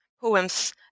poems